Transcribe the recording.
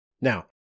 Now